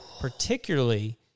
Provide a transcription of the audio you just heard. particularly